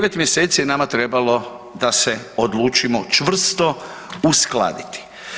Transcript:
Devet mjeseci je nama trebalo da se odlučimo čvrsto uskladiti.